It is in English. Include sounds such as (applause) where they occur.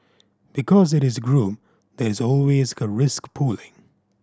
because it is group there is always (unintelligible) a risk pooling